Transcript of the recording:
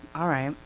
alright.